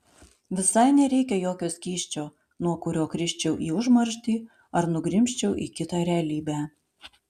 visai nereikia jokio skysčio nuo kurio krisčiau į užmarštį ar nugrimzčiau į kitą realybę